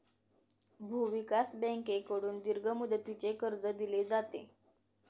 भूविकास बँकेकडून दीर्घ मुदतीचे कर्ज दिले जाते